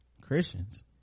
christians